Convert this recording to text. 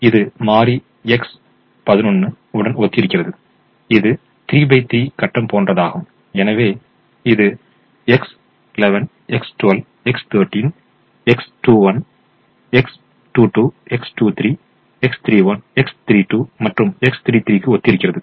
எனவே இது மாறி X11 உடன் ஒத்திருக்கிறது இது 3 பை 3 கட்டம் போன்றதாகும் எனவே இது X11 X12 X13 X21 22 23 31 32 மற்றும் 33 க்கு ஒத்திருக்கிறது